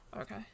Okay